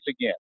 again